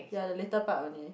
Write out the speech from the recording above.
ya the later part on it